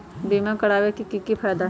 बीमा करबाबे के कि कि फायदा हई?